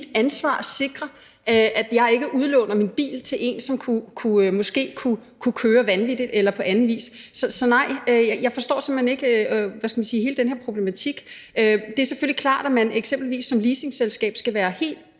ansvar at sikre, at jeg ikke udlåner min bil til en, som måske kunne køre vanvittigt. Så nej, jeg forstår simpelt hen ikke, hvad skal man sige, hele den her problematik. Det er selvfølgelig klart, at man eksempelvis som leasingselskab skal være